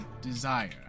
desire